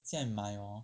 现在买 hor